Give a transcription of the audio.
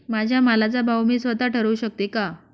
माझ्या मालाचा भाव मी स्वत: ठरवू शकते का?